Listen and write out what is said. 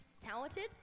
Talented